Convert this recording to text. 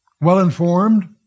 well-informed